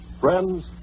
Friends